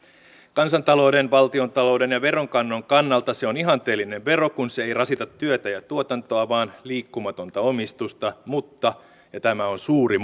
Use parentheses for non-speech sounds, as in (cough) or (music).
kansantalouden valtiontalouden ja veronkannon kannalta se on ihanteellinen vero kun se ei rasita työtä ja tuotantoa vaan liikkumatonta omistusta mutta ja tämä on suuri (unintelligible)